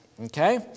Okay